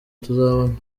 tuzabona